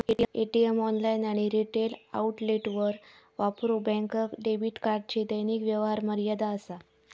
ATM, online आणि retail आउटलेटवर वापरूक बँक डेबिट कार्डची दैनिक व्यवहार मर्यादा असा